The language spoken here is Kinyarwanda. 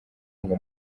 ngo